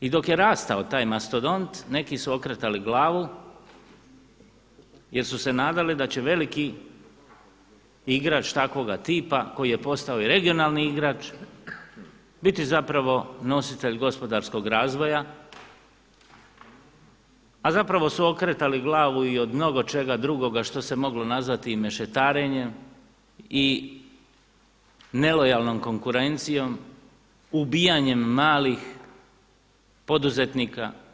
I dok je rastao taj mastodont, neki su okretali glavu jer su se nadali da će veliki igrač takvoga tipa koji je postao i regionalni igrač biti zapravo nositelj gospodarskog razvoja, a zapravo su okretali glavu i od mnogo čega drugoga što se moglo nazvati i mešetarenjem i nelojalnom konkurencijom, ubijanjem malih poduzetnika.